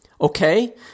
okay